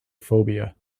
phobia